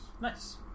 Nice